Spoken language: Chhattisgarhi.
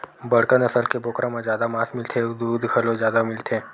बड़का नसल के बोकरा म जादा मांस मिलथे अउ दूद घलो जादा मिलथे